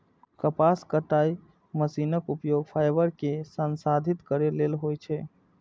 कपास कताइ मशीनक उपयोग फाइबर कें संसाधित करै लेल होइ छै